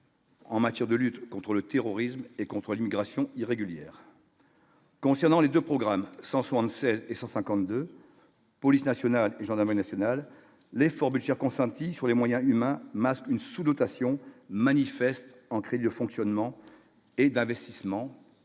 En matière de lutte contre le terrorisme et contre l'immigration irrégulière concernant les 2 programmes 176 et 150 2 police nationale, j'en avais national les formes circonspect petit sur les moyens humains, masque une sous-dotation manifestent en crédits de fonctionnement et d'investissement